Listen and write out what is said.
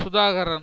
Sudhakaran